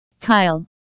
kyle